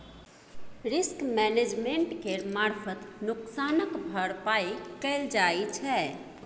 risk management केर मारफत नोकसानक भरपाइ कएल जाइ छै